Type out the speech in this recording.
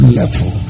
level